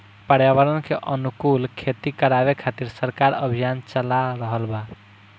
पर्यावरण के अनुकूल खेती करावे खातिर सरकार अभियान चाला रहल बा